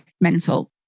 mental